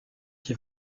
qui